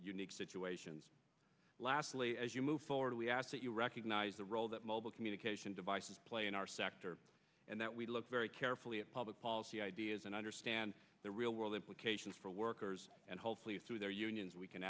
unique situations lastly as you move forward we ask that you recognize the role that mobile communication devices play in our sector and that we look very carefully at public policy ideas and understand the real world implications for workers and hopefully through their unions we can